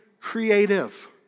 creative